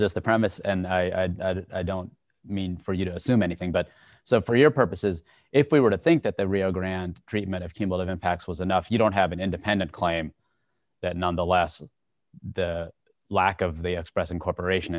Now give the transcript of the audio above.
just the premise and i don't mean for you to assume anything but so for your purposes if we were to think that the rio grande treatment of people of impacts was enough you don't have an independent claim that nonetheless the lack of the express incorporation